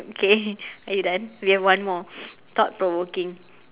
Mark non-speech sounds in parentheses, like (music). okay are you done we have one more (noise) thought provoking